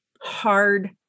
hard